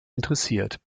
interessiert